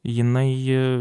jinai ji